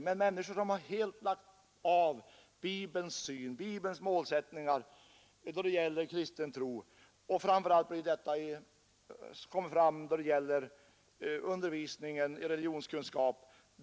Men det är fråga om människor, vilka helt lagt av Bibelns syn och målsättningar då det gäller kristen tro. Detta framkommer särskilt då det gäller undervisningen i religionskunskap.